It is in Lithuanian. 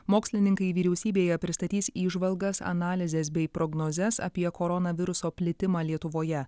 mokslininkai vyriausybėje pristatys įžvalgas analizes bei prognozes apie koronaviruso plitimą lietuvoje